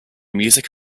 music